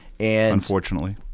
unfortunately